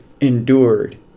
endured